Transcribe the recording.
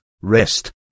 rest